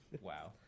Wow